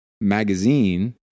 magazine